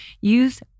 Use